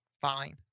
fine